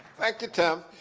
thank you, tim.